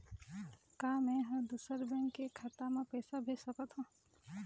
का मैं ह दूसर बैंक के खाता म पैसा भेज सकथों?